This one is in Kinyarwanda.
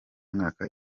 mwaka